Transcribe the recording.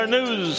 News